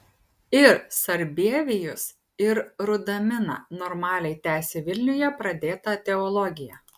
ir sarbievijus ir rudamina normaliai tęsė vilniuje pradėtą teologiją